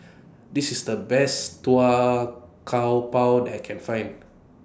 This IS The Best Pau I Can Find